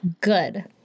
Good